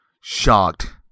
shocked